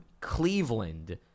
Cleveland